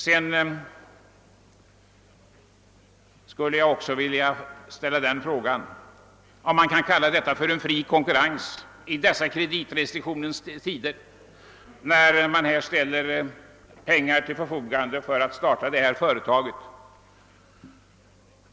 Jag vill också ifrågasätta om man i dessa kreditrestriktionens tider kan kalla det fri konkurrens när det ställs pengar till förfogande för att starta det här företaget.